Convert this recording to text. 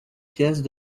pièces